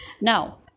Now